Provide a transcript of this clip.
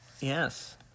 Yes